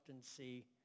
see